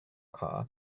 car